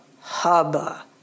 hubba